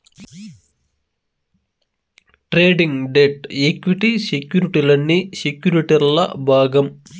trading, debt, equity సెక్యుర్టీలన్నీ సెక్యుర్టీల్ల భాగం